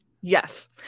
Yes